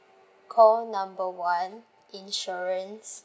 call number one insurance